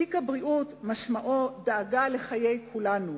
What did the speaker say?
תיק הבריאות משמעו דאגה לחיי כולנו.